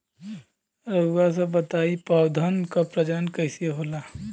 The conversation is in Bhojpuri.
रउआ सभ बताई पौधन क प्रजनन कईसे होला?